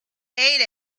ate